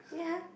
yeah